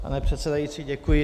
Pane předsedající, děkuji.